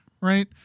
Right